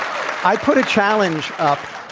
i put a challenge up.